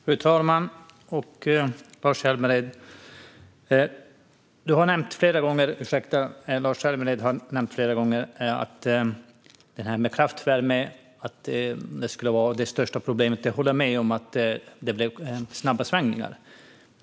Fru talman och Lars Hjälmered! Lars Hjälmered har flera gånger nämnt att detta med kraftvärme skulle vara det största problemet. Jag håller med om att det blev snabba svängningar.